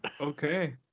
Okay